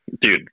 Dude